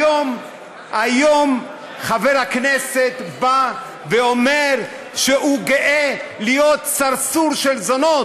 היום חבר הכנסת בא ואומר שהוא גאה להיות סרסור של זונות,